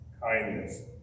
kindness